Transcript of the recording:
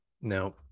Now